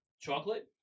chocolate